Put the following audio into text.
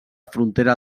frontera